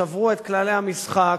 שברו את כללי המשחק,